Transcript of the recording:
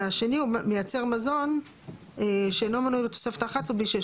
והשני הוא מייצר מזון שאינו מנוי בתוספת האחת עשרה בלי שיש.